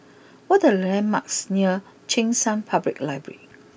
what are the landmarks near Cheng San Public library